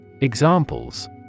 examples